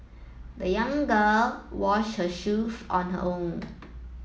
the young girl washed her shoes on her own